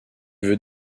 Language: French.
veux